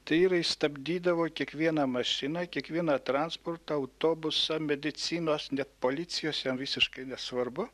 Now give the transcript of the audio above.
tai yra jis stabdydavo kiekvieną mašiną kiekviena transportą autobusą medicinos net policijos jam visiškai nesvarbu